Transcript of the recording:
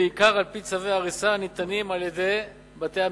בעיקר על-פי צווי הריסה הניתנים על-ידי בתי-המשפט.